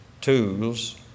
tools